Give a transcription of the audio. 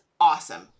awesome